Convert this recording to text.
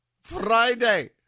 Friday